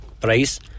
price